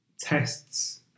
tests